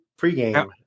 pregame